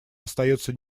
остается